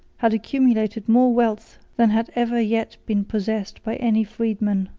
had accumulated more wealth than had ever yet been possessed by any freedman.